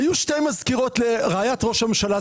היו שתי מזכירות לרעיית ראש הממשלה,